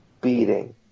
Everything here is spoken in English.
beating